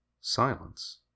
Silence